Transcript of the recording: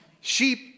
Sheep